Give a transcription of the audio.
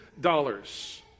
dollars